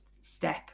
step